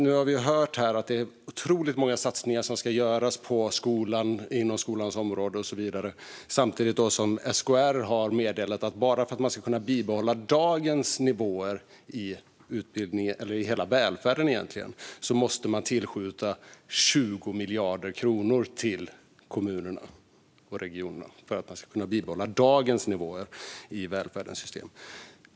Nu har vi hört här att det är otroligt många satsningar som ska göras inom skolans område samtidigt som SKR har meddelat att bara för att bibehålla dagens nivåer i utbildningen och i hela välfärden måste man tillskjuta 20 miljarder kronor till kommuner och regioner. Det är vad som krävs för att kunna bibehålla dagens nivåer i välfärdens system.